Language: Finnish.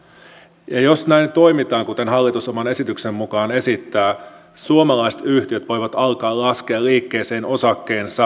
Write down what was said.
ja jos näin toimitaan kuten hallitus oman esityksensä mukaan esittää suomalaiset yhtiöt voivat alkaa laskea liikkeeseen osakkeensa esimerkiksi